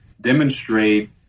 demonstrate